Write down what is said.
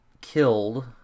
killed